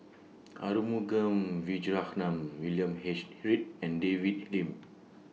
Arumugam Vijiaratnam William H Read and David Lim